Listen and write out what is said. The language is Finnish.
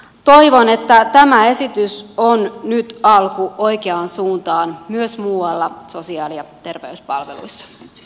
toivon että tämä esitys on nyt alku oikeaan suuntaan myös muualla sosiaali ja terveyspalveluissa